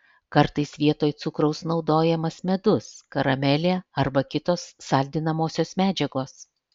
kartais vietoj cukraus naudojamas medus karamelė arba kitos saldinamosios medžiagos